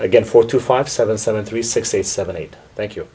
again four two five seven seven three six eight seven eight thank you